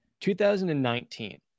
2019